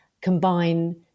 combine